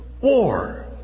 war